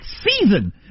season